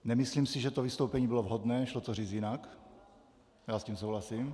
Nemyslím si, že to vystoupení bylo vhodné, šlo to říct jinak, já s tím souhlasím.